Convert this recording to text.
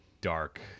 dark